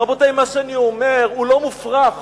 רבותי, מה שאני אומר הוא לא מופרך,